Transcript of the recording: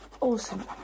Awesome